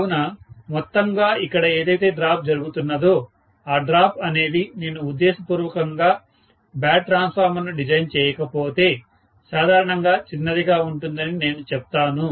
కావున మొత్తంగా ఇక్కడ ఏదైతే డ్రాప్ జరుగుతున్నదో ఆ డ్రాప్ అనేది నేను ఉద్దేశపూర్వకంగా బ్యాడ్ ట్రాన్స్ఫార్మర్ ను డిజైన్ చేయకపోతే సాధారణంగా చిన్నదిగా ఉంటుందని నేను చెప్తాను